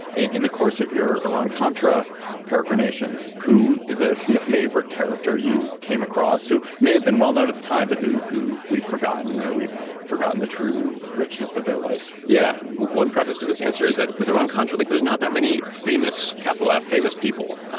in the course of your iran-contra peregrinations, who is a favorite character you came across who may have been well-known at the time, but who who we've forgotten or we've forgotten the true richness of their life? yeah. one preface to this answer is that with iran-contra, like there's not that many famous capital f famous people.